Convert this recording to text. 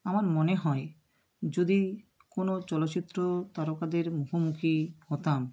আমার মনে হয় যদি কোনো চলচ্চিত্র তারকাদের মুখোমুখি হতাম